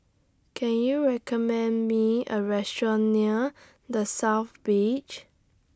Can YOU recommend Me A Restaurant near The South Beach